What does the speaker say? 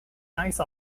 nice